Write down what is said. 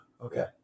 Okay